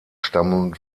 stammen